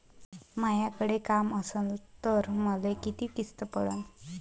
मायाकडे काम असन तर मले किती किस्त पडन?